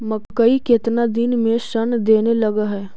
मकइ केतना दिन में शन देने लग है?